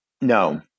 No